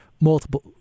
multiple